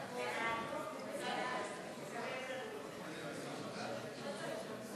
חוק דמי מחלה (היעדרות בשל מחלת ילד)